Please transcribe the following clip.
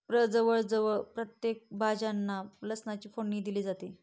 प्रजवळ जवळ प्रत्येक भाज्यांना लसणाची फोडणी दिली जाते